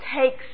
takes